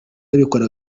abikora